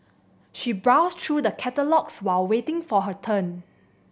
she browsed through the catalogues while waiting for her turn